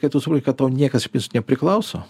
kai tu supranti kad tau niekas nepriklauso